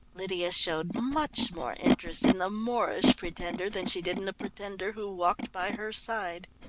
lydia showed much more interest in the moorish pretender than she did in the pretender who walked by her side.